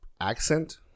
accent